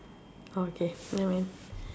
orh okay never mind